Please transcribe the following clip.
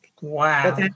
Wow